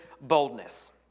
boldness